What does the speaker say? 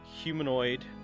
humanoid